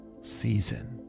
season